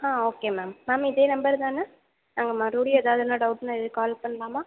ஆ okay ma'am ma'am இதே number தானே நாங்கள் மறுபடியும் எதாவதுனா டவுட்னால் இதுக்கு கால் பண்ணலாமா